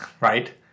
Right